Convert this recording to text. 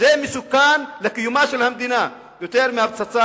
זה מסוכן לקיומה של המדינה יותר מהפצצה